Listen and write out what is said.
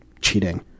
cheating